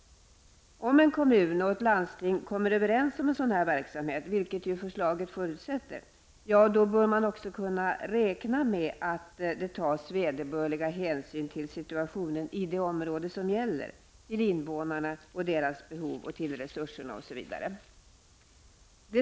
Om en kommun och ett landsting kommer överens om en sådan här verksamhet -- vilket förslaget ju förutsätter -- bör man också kunna räkna med att det tas vederbörlig hänsyn till situationen i det område som det gäller, till invånarna och deras behov, till resurserna osv.